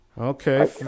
Okay